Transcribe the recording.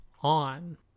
on